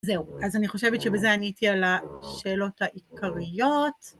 זהו. אז אני חושבת שבזה עניתי על השאלות העיקריות.